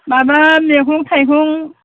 माबा मैगं थाइगं